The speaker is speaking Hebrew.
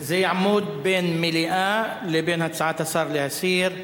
זה יעמוד בין מליאה לבין הצעת השר להסיר.